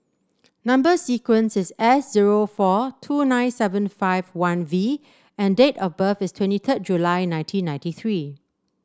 number sequence is S zero four two nine seven five one V and date of birth is twenty third July nineteen ninety three